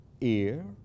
ear